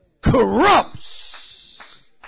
corrupts